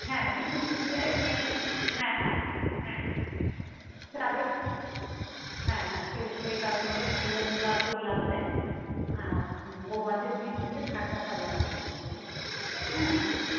হ্যাঁ কিছু ফুল চাই মেয়েদের হ্যাঁ হ্যাঁ হ্যাঁ যাবে হ্যাঁ হ্যাঁ সেই সেই কারণে কিছু ফুলের কিছু ফুল লাগবে আর বউভাতের দিন হচ্ছে খাটটা সাজানো হবে হ্যাঁ